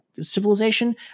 civilization